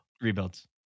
rebuilds